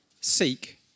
Seek